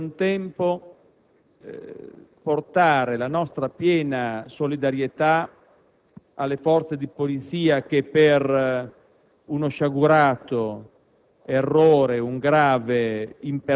Vogliamo poi esprimere la nostra partecipazione al lutto della famiglia del giovane tragicamente caduto